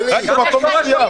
רק במקום מסוים.